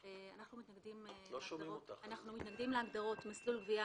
אנחנו מתנגדים להגדרות "מסלול גבייה",